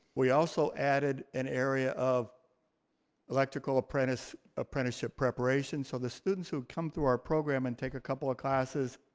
we also added an area of electrical apprentice, apprenticeship preparations, so the students who come through our program and take a couple of classes,